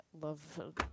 love